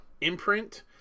imprint